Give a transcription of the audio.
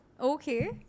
Okay